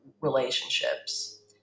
relationships